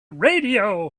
radio